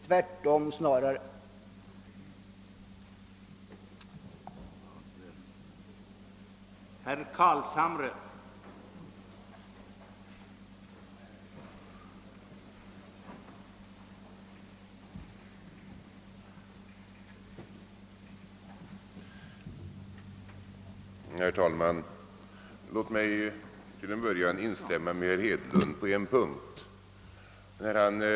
Det blir snarare tvärtom.